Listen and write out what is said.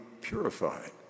purified